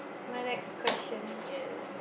my next question is